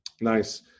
Nice